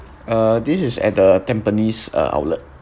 uh this is at the tampines uh outlet